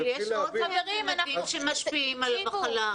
אבל יש עוד דברים שמשפיעים על המחלה.